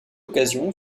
occasion